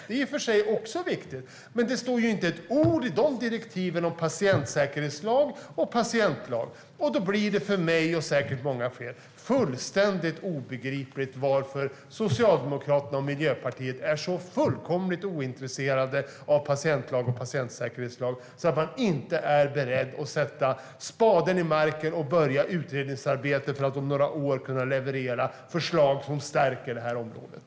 Det är i och för sig också viktigt, men det står inte ett ord i de direktiven om patientsäkerhetslag eller patientlag. Det är för mig och säkert många fler fullständigt obegripligt varför Socialdemokraterna och Miljöpartiet är så fullkomligt ointresserade av patientlag och patientsäkerhetslag att de inte är beredda att sätta spaden i marken och påbörja utredningsarbetet för att om några år kunna leverera förslag som stärker det här området.